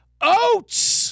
Oats